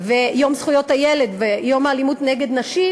יום זכויות הילד ויום האלימות נגד נשים,